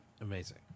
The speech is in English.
Amazing